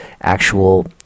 actual